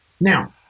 Now